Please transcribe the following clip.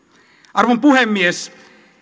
arvon puhemies